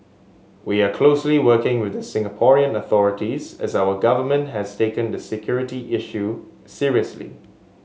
we are closely working with the Singaporean authorities as our government has taken the security issue seriously